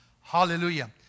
Hallelujah